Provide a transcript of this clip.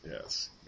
Yes